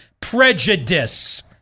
prejudice